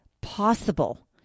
possible